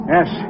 Yes